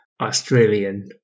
australian